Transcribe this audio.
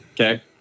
Okay